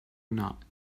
not